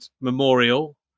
memorial